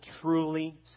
truly